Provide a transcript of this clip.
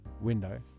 window